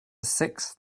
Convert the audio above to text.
sixth